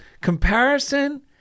comparison